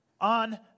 On